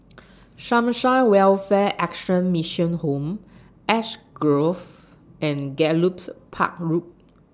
Sunshine Welfare Action Mission Home Ash Grove and Gallops Park Road